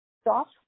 stop